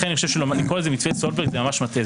לכן לקרוא לו "מתווה סולברג" זה ממש מטעה.